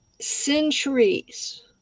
centuries